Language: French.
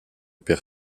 père